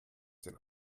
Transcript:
den